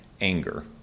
anger